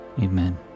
amen